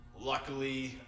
luckily